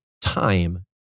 time